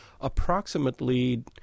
approximately